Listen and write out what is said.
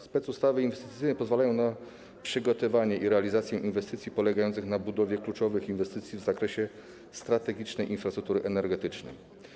Specustawy inwestycyjne pozwalają na przygotowanie i realizację inwestycji polegających na budowie kluczowych inwestycji w zakresie strategicznej infrastruktury energetycznej.